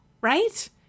right